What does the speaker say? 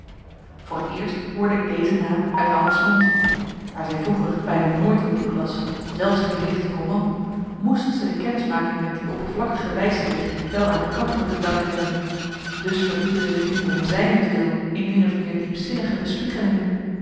voor t eerst hoorde ik deze naam uit anna's mond daar zij vroeger bijna nooit een boek las zelfs geen lichte roman moest ze de kennismaking met die oppervlakkige wijsgeer wel aan de kantere te danken hebben dus verdiepte ze zich nu om zijnentwil in min of meer